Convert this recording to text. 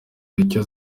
icyo